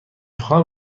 خواهم